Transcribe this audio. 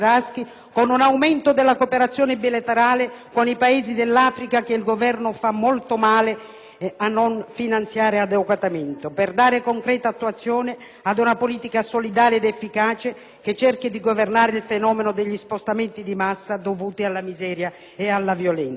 con un aumento della cooperazione bilaterale con i Paesi dell'Africa, che il Governo fa molto male a non finanziare adeguatamente, per dare concreta attuazione ad una politica solidale ed efficace che cerchi di governare il fenomeno degli spostamenti di massa dovuti alla miseria ed alla violenza.